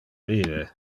vive